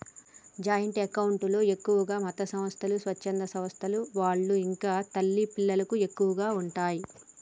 joint account లో ఎక్కువగా మతసంస్థలు, స్వచ్ఛంద సంస్థల వాళ్ళు ఇంకా తల్లి పిల్లలకు ఎక్కువగా ఉంటయ్